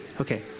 Okay